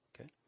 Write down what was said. Okay